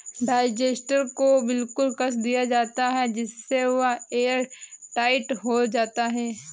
digester को बिल्कुल कस दिया जाता है जिससे वह एयरटाइट हो जाता है